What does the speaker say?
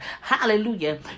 Hallelujah